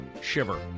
shiver